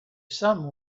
some